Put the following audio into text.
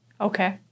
okay